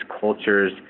cultures